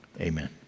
Amen